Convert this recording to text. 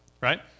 right